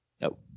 No